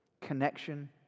connection